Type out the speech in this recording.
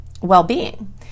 well-being